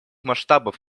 масштабов